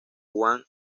juan